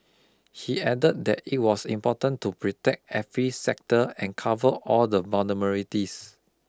he added that it was important to protect every sector and cover all the vulnerabilities